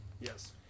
Yes